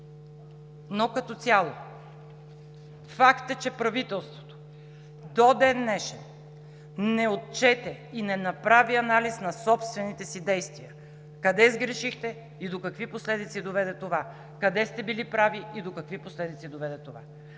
Като цяло факт е, че правителството до ден-днешен не отчете и не направи анализ на собствените си действия – къде сгрешихте и до какви последици доведе това; къде сте били прави и до какви последици доведе това?